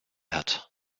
hat